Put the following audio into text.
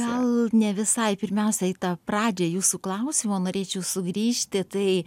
gal ne visai pirmiausia į tą pradžią jūsų klausimo norėčiau sugrįžti tai